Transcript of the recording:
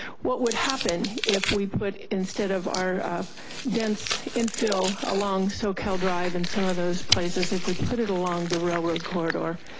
what would happen if we put instead of our dense infill along so cal drive and some of those places if we put it along the railroad corridor,